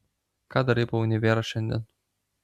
ką darai po univero šiandien